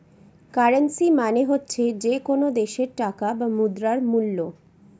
currency মানে হচ্ছে যে কোনো দেশের টাকা বা মুদ্রার মুল্য